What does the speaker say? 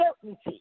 certainty